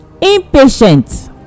impatient